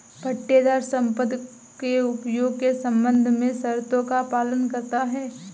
पट्टेदार संपत्ति के उपयोग के संबंध में शर्तों का पालन करता हैं